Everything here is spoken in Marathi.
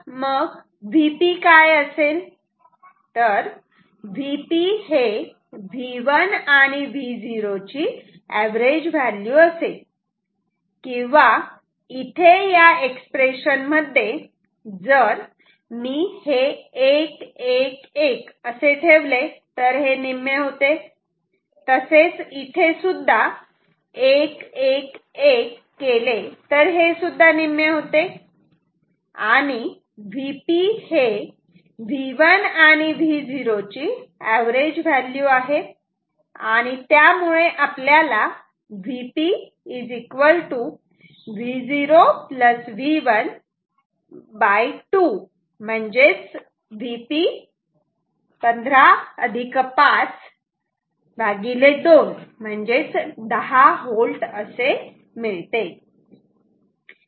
म्हणून Vp काय असेल तर Vp हे V1 आणि Vo ची अवरेज व्हॅल्यू असेल किंवा इथे या एक्सप्रेशन मध्ये जर मी हे एक एक एक असे ठेवले तर हे निम्मे होते तसेच इथेसुद्धा एक एक एक केले तर हे सुद्धा निम्मे होते आणि Vp हे V1 आणि Vo ची अवरेज व्हॅल्यू आहे त्यामुळे Vp Vo V1 2 म्हणजेच Vp 15 5 2 10V मिळते